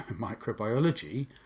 microbiology